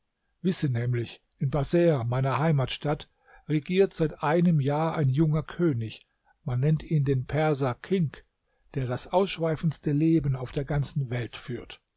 wisse nämlich in baser meiner heimatstadt regiert seit einem jahr ein junger könig man nennt ihn den perser kink der das ausschweifendste leben auf der ganzen welt führt